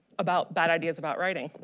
about bad ideas about writing.